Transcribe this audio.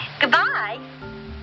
goodbye